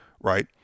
right